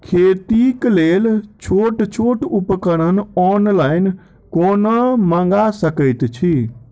खेतीक लेल छोट छोट उपकरण ऑनलाइन कोना मंगा सकैत छी?